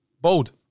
Bold